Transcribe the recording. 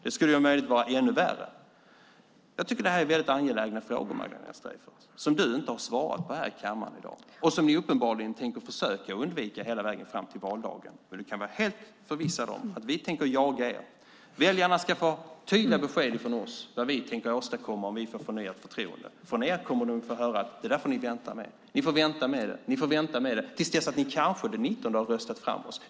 Det skulle om möjligt vara ännu värre. Det här är angelägna frågor, Magdalena Streijffert, som du inte har svarat på i kammaren i dag. Ni tänker uppenbarligen försöka undvika dessa frågor fram till valdagen. Du kan vara helt förvissad om att vi tänker jaga er. Väljarna ska få tydliga besked från oss om vad vi tänker åstadkomma om vi får förnyat förtroende. Från er kommer väljarna att få höra att de får vänta till dess de kanske den 19 september har röstat fram er.